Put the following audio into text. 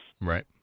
Right